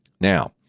Now